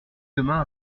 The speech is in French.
demain